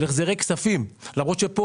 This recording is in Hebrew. של החזרי כספים; למרות שפה,